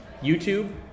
YouTube